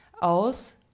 aus